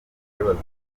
abagore